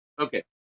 okay